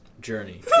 journey